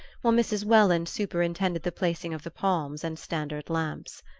while mrs. welland superintended the placing of the palms and standard lamps.